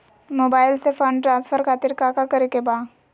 Mobile से fund transfer खातिर काका करे के बा?